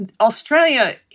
Australia